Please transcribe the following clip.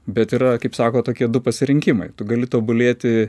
bet yra kaip sako tokie du pasirinkimai tu gali tobulėti